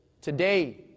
Today